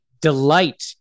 delight